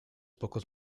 pocos